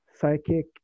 psychic